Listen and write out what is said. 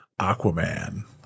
Aquaman